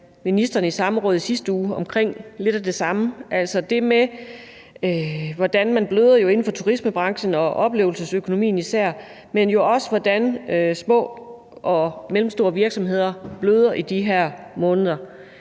ministeren i samråd i sidste uge omkring lidt af det samme, altså det med, hvordan man bløder inden for især turismebranchen og oplevelsesøkonomien, men jo også om, hvordan små og mellemstore virksomheder bløder i de her måneder.